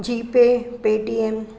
G pay Paytm